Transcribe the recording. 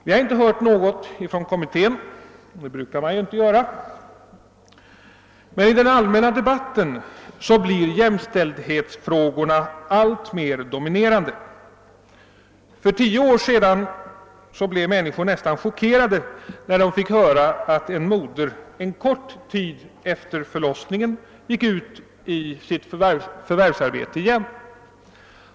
Vi har inte hört något från den kommittén — det brukar man inte göra — men i den allmänna debatten blir jämställdhetsfrågorna alltmer dominerande. För tio år sedan blev människor nästan chockerade när de fick höra att en mor kort tid efter förlossningen gick ut i förvärvsarbete igen.